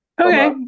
Okay